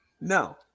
No